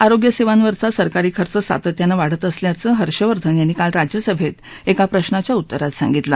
आरोग्यसेवांवरील सरकारी खर्च सातत्यानं वाढत असल्याचं डॉक उ हर्षवर्धन यांनी काल राज्यसभेत एका प्रशाच्या उत्तरात सांगितलं